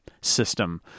system